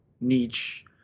niche